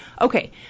okay